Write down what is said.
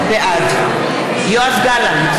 בעד יואב גלנט,